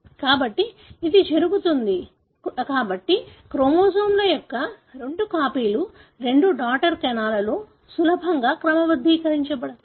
కాబట్టి ఇది జరుగుతుంది కాబట్టి క్రోమోజోమ్ల యొక్క రెండు కాపీలు రెండు డాటర్ కణాలలో సులభంగా క్రమబద్ధీకరించబడతాయి